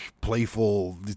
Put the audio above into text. playful